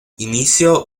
inició